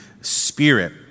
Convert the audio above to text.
Spirit